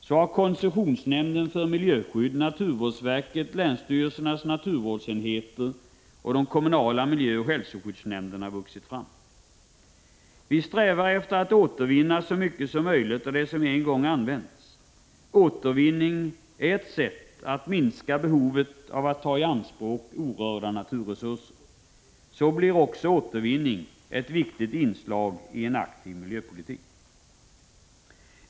Så har koncessionsnämnden för miljöskydd, naturvårdsverket, länsstyrelsernas naturvårdsenheter och de kommunala miljöoch hälsoskyddsnämnderna vuxit fram. Vi strävar efter att återvinna så mycket som möjligt av det som en gång använts. Återvinning är ett sätt att minska behovet att ta i anspråk orörda naturresurser. Så blir också återvinningen ett viktigt inslag i en aktiv miljöpolitik.